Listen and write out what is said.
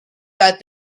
that